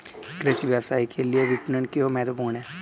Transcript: कृषि व्यवसाय के लिए विपणन क्यों महत्वपूर्ण है?